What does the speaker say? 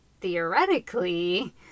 theoretically